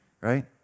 right